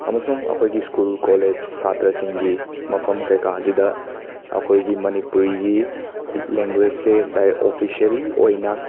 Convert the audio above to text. ꯑꯃꯁꯨꯡ ꯑꯩꯈꯣꯏꯒꯤ school college ꯁꯥꯇ꯭ꯔꯁꯤꯡꯒꯤ ꯃꯐꯝ ꯀꯩꯀꯥꯁꯤꯗ ꯑꯩꯈꯣꯏꯒꯤ ꯃꯅꯤꯄꯨꯔꯤꯒꯤ ꯂꯦꯡꯒꯣꯏꯁꯁꯦ ꯗꯥꯏꯔꯦꯛ ꯑꯣꯐꯤꯁꯦꯜꯂꯤ ꯑꯣꯏꯅ